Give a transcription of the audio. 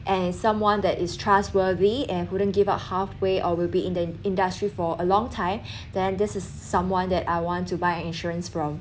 and if someone that is trustworthy and wouldn't give up halfway or will be in the industry for a long time than this is someone that I want to buy an insurance from